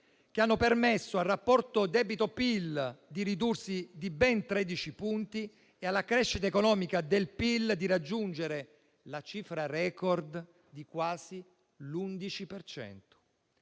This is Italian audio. che hanno permesso al rapporto debito-PIL di ridursi di ben 13 punti e alla crescita economica del PIL di raggiungere la cifra *record d*i quasi l'11